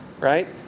right